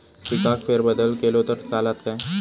पिकात फेरबदल केलो तर चालत काय?